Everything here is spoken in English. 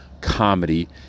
comedy